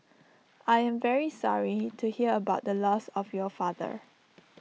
I am very sorry to hear about the loss of your father